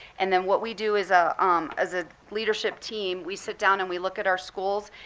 and then what we do is, ah um as a leadership team we sit down and we look at our schools.